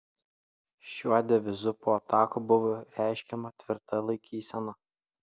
šiuo devizu po atakų buvo reiškiama tvirta laikysena